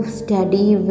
study